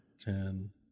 ten